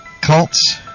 cults